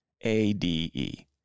ADE